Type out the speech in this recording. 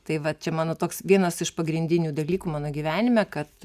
tai vat čia mano toks vienas iš pagrindinių dalykų mano gyvenime kad